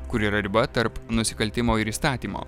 kur yra riba tarp nusikaltimo ir įstatymo